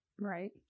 Right